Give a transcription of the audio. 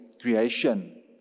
creation